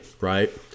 right